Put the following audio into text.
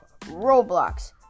Roblox